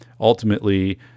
ultimately